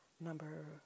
number